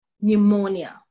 pneumonia